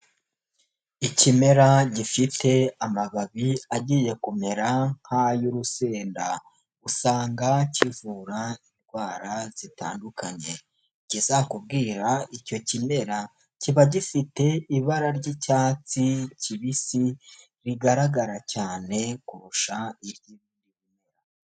Ikimera gifite amababi agiye kumera nk'ay'urusenda, usanga kivura indwara zitandukanye, ikizakubwira icyo kimerara, kiba gifite ibara ry'icyatsi kibisi rigaragara cyane kurusha ibi.